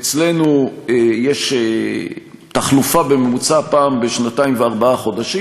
אצלנו יש תחלופה בממוצע פעם בשנתיים וארבעה חודשים.